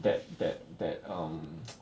that that that um